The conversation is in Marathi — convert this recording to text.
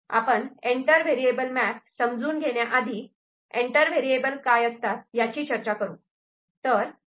आपण एंटर व्हेरिएबल मॅप समजून घेण्याआधी एंटर व्हेरिएबल काय असतात याची चर्चा करू